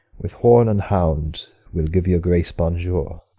with horn and hound we'll give your grace bonjour.